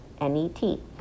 N-E-T